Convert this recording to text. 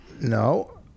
No